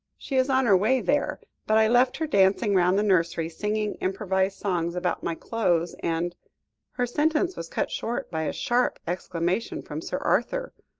she is on her way there, but i left her dancing round the nursery, singing improvised songs about my clothes, and her sentence was cut short by a sharp exclamation from sir arthur,